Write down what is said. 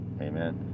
Amen